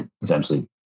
essentially